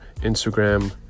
Instagram